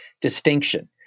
distinction